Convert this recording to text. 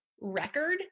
record